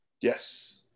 Yes